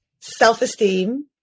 self-esteem